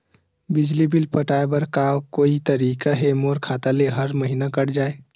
बिजली बिल पटाय बर का कोई तरीका हे मोर खाता ले हर महीना कट जाय?